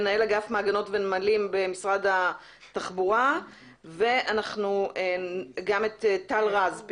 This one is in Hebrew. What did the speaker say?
מנהל אגף מעגנות ונמלים במשרד התחבורה ולאחר מכן את טל רז,